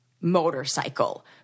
motorcycle